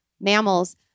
mammals